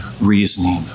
reasoning